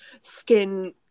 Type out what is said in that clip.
skin